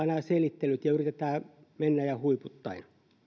nämä selittelyt ja yritetään mennä ja huiputtaa